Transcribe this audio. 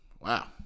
wow